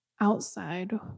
outside